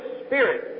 spirit